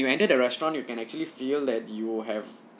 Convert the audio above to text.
you enter the restaurant you can actually feel that you have